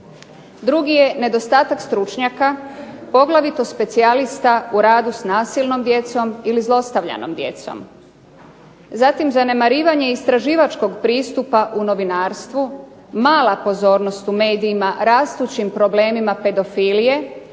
Drugi je nedostatak stručnjaka, poglavito specijalista u radu s nasilnom djecom ili s zlostavljanom djecom. Zatim zanemarivanje istraživačkog pristupa u novinarstvu, mala pozornost u medijima rastućim problemima pedofilije,